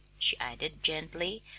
she added gently,